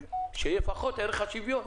שלפחות יהיה ערך שוויון.